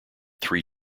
three